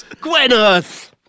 Gwyneth